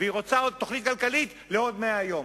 והיא עוד רוצה תוכנית כלכלית לעוד 100 יום.